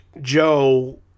Joe